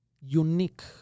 unique